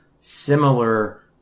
similar